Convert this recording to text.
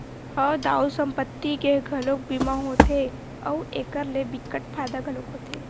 हव दाऊ संपत्ति के घलोक बीमा होथे अउ एखर ले बिकट फायदा घलोक होथे